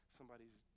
somebody's